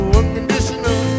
unconditional